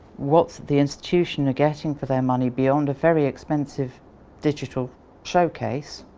what the institution are getting for their money beyond a very expensive digital showcase